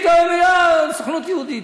יהודית, סוכנות יהודית.